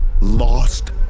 lost